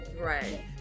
right